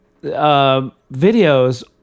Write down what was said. videos